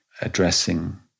addressing